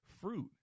fruit